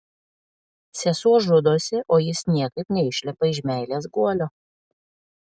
sesuo žudosi o jis niekaip neišlipa iš meilės guolio